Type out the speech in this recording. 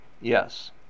yes